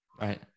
Right